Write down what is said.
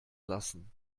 lassen